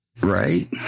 right